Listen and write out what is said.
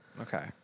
Okay